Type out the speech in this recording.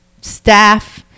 staff